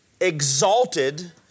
exalted